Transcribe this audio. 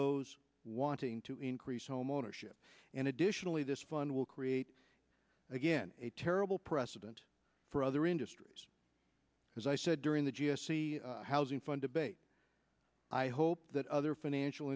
those wanting to increase homeownership and additionally this fund will create again a terrible precedent for other industries as i said during the g s t housing fund abate i hope that other financial